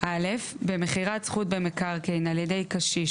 (א)במכירת זכות במקרקעין על ידי קשיש